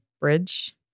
bridge